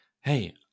Hey